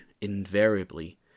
invariably